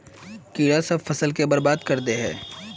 कीड़ा सब फ़सल के बर्बाद कर दे है?